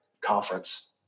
conference